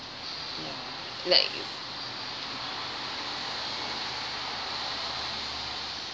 like